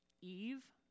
Eve